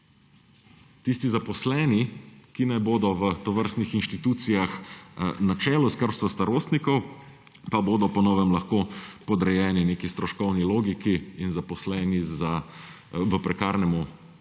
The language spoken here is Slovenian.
Tisti zaposleni, ki ne bodo v tovrstnih institucijah na čelu skrbstva starostnikov, pa bodo po novem lahko podrejeni neki stroškovni logiki in zaposleni v prekarnem razmerju,